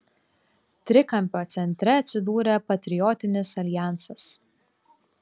trikampio centre atsidūrė patriotinis aljansas